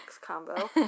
combo